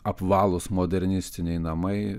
apvalūs modernistiniai namai